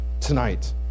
tonight